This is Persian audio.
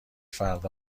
فردا